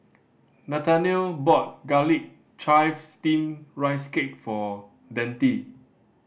Nathaniel bought Garlic Chives Steamed Rice Cake for Deante